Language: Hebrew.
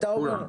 כולם.